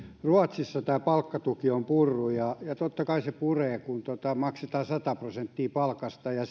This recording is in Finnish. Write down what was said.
ruotsissa tämä palkkatuki on purrut totta kai se puree kun maksetaan sata prosenttia palkasta ja